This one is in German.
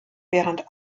während